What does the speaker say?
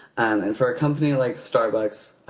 and for a company like starbucks,